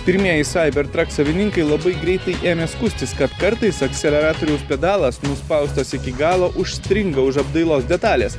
pirmieji cybertruck savininkai labai greitai ėmė skųstis kad kartais akseleratoriaus pedalas nuspaustas iki galo užstringa už apdailos detalės